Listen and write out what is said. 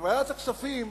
בוועדת הכספים